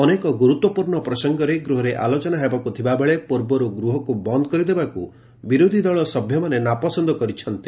ଅନେକ ଗୁରୁତ୍ପୂର୍ଣ୍ଣ ପ୍ରସଙ୍ଗରେ ଗୃହରେ ଆଲୋଚନା ହେବାକୁ ଥିବାବେଳେ ପୂର୍ବରୁ ଗୃହକୁ ବନ୍ଦ କରିଦେବାକୁ ବିରୋଧୀ ଦଳ ସଭ୍ୟମାନେ ନାପସନ୍ଦ କରିଛନ୍ତି